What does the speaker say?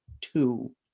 two